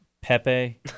Pepe